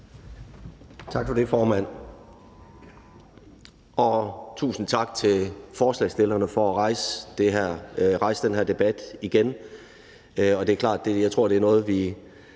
Tak for det, formand, og tusind tak til forslagsstillerne for at rejse den her debat igen. Det er klart, at jeg tror, det er noget, vi